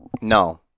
No